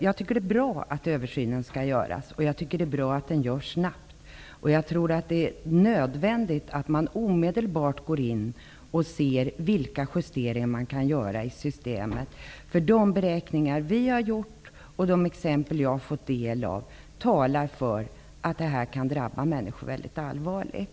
Jag tycker att det är bra att översynen skall göras och att det skall ske snabbt. Jag tror att det är nödvändigt att omedelbart gå och se vilka justeringar som kan göras i systemet. De beräkningar vi har gjort och de exempel jag har tillgång till talar för att människor kan drabbas allvarligt.